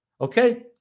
okay